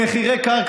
במחירי קרקע